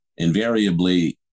invariably